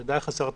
זה די חסר תקדים.